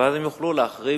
ואז הם יוכלו להחרים